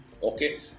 Okay